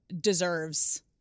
deserves